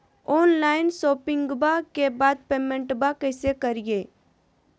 Online शोपिंग्बा के बाद पेमेंटबा कैसे करीय?